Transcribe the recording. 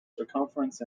circumference